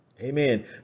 Amen